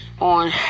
on